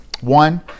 One